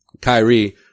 Kyrie